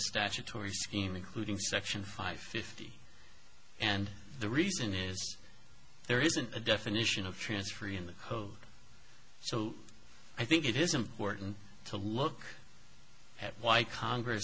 statutory scheme including section five fifty and the reason is there isn't a definition of transfer in the code so i think it is important to look at why congress